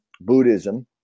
Buddhism